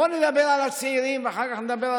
בואו נדבר על הצעירים ואחר כך נדבר על